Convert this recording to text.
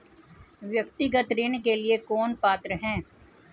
व्यक्तिगत ऋण के लिए कौन पात्र है?